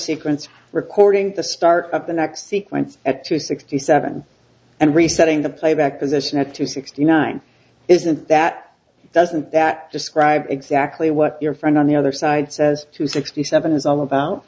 sequence recording the start of the next sequence at two sixty seven and resetting the playback position at two sixty nine isn't that doesn't that describe exactly what your friend on the other side says two sixty seven is all about